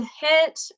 hit